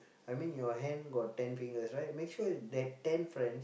I mean your hand got ten fingers right make sure that ten friend